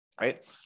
right